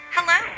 Hello